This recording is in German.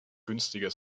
günstiger